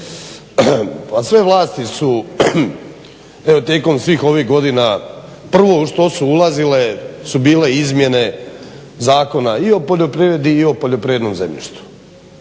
pa sve vlasti su, eto tijekom svih ovih godina prvo u što su ulazile su bile izmijene zakona i o poljoprivredi i o poljoprivrednom zemljištu.